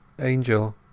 Angel